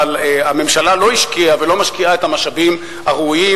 הממשלה לא השקיעה ולא משקיעה את המשאבים הראויים,